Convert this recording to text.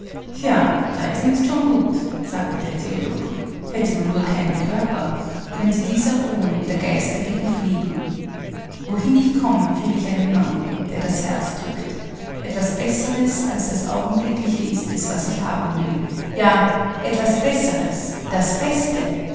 ja reisen ist schon gut sagte der theolog hätte man nur keinen körper könnte dieser ruhen und der geist dagegen fliegen wohin ich komme fühle ich einen mangel der das herz drückt etwas besseres als das augenblickliche ist es was ich haben will ja etwas besseres das beste